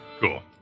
cool